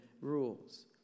rules